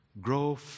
grow